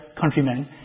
countrymen